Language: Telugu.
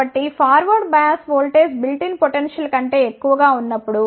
కాబట్టి forward bias voltage built in potential కంటే ఎక్కువగా ఉన్నప్పుడు